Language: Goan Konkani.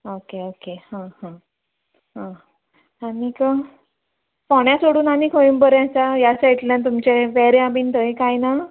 ओके ओके हा हा आं आनीक फोंड्या सोडून आनी खंय बरें आसा ह्या सायडीतल्यान तुमचें वेऱ्यां बीन थंय कांय ना